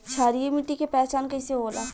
क्षारीय मिट्टी के पहचान कईसे होला?